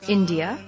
India